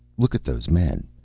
look at those men.